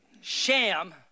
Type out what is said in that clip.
sham